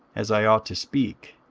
as i ought to speak.